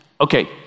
okay